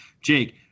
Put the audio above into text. Jake